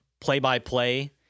play-by-play